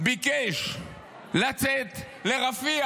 ביקש לצאת לרפיח,